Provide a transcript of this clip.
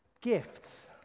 gifts